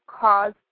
cause